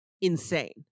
insane